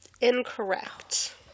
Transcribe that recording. Incorrect